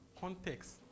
Context